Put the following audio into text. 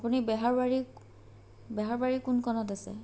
আপুনি বেহাৰবাৰীত বেহাৰবাৰীত কোন কণত আছে